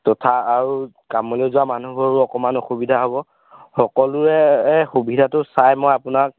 তথা আৰু কামলৈ যোৱা মানুহবোৰৰো অকণমান অসুবিধা হ'ব সকলোৰে সুবিধাটো চাই মই আপোনাক